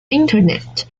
internet